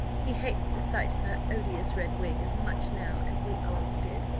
he hates the sight of her odious red wig as much now as we always did.